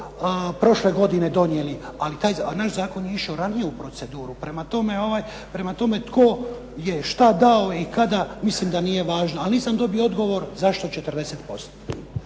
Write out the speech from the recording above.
prošle godine donijeli, a naš zakon je išao ranije u proceduru, prema tome tko je što dao i kada, mislim da nije važno. A nisam dobio odgovor zašto 40%.